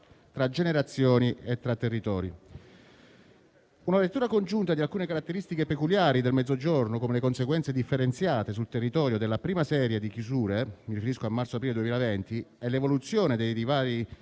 generazioni e territori. Una lettura congiunta di alcune caratteristiche peculiari del Mezzogiorno, come le conseguenze differenziate sul territorio della prima serie di chiusure (mi riferisco a marzo-aprile 2020) e l'evoluzione dei divari